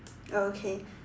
okay